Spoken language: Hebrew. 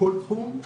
כל תחום,